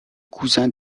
cousin